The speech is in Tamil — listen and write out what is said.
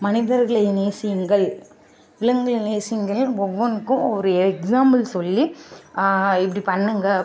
மனிதர்களை நேசியுங்கள் விலங்குகளை நேசியுங்கள் ஒவ்வொன்றுக்கும் ஒரு எக்ஸாம்பிள் சொல்லி இப்படி பண்ணுங்க